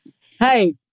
Hey